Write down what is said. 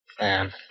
man